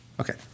Okay